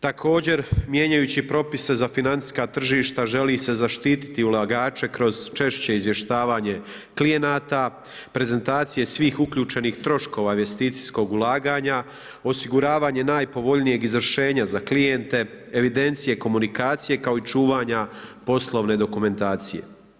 Također mijenjajući propise za financijska tržišta želi se zaštititi ulagače kroz češće izvještavanje klijenata, prezentacije svih uključenih troškova investicijskog ulaganja, osiguravanje najpovoljnijeg izvršenja za klijente, evidencije komunikacije kao i čuvanja poslovne dokumentacije.